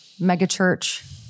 megachurch